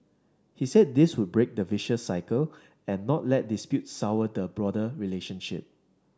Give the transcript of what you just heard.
he said this would break the vicious cycle and not let dispute sour the broader relationship